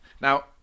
Now